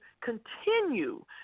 continue